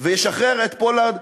וישחרר את פולארד,